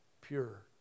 pure